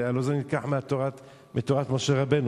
הלוא זה נלקח מתורת משה רבנו.